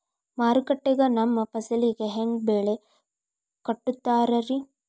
ಮಾರುಕಟ್ಟೆ ಗ ನಮ್ಮ ಫಸಲಿಗೆ ಹೆಂಗ್ ಬೆಲೆ ಕಟ್ಟುತ್ತಾರ ರಿ?